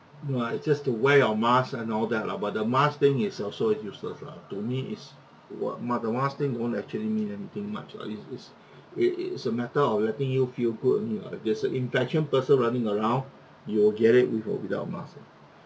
no ah just to wear your mask and all that lah by the mask thing is also useless lah to me is what the mask thing won't actually mean anything much lah it is it is a matter of letting you feel good only [what] if there's a infectious person running around you'll get it with or without mask